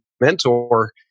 mentor